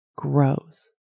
Grows